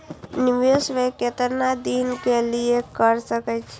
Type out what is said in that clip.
निवेश में केतना दिन के लिए कर सके छीय?